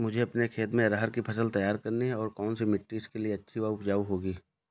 मुझे अपने खेत में अरहर की फसल तैयार करनी है और कौन सी मिट्टी इसके लिए अच्छी व उपजाऊ होगी?